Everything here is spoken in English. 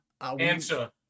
Answer